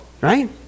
right